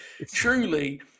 Truly